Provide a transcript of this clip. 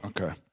Okay